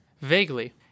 Vaguely